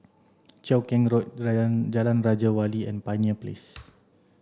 Cheow Keng Road Jalan Raja Wali and Pioneer Place